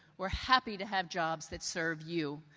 are happy to have jobs that serve you.